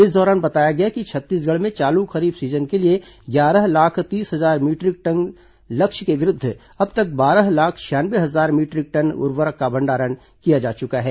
इस दौरान बताया गया कि छत्तीसगढ़ में चालू खरीफ सीजन के लिए ग्यारह लाख तीस हजार मीटरिक टन लक्ष्य के विरूद्व अब तक बारह लाख छियानवे हजार मीटरिक टन उर्वरक का भंडारण किया जा चुका है